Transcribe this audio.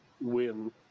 win